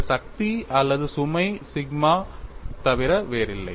இந்த சக்தி அல்லது சுமை சிக்மாவைத் தவிர வேறில்லை